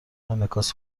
انعکاس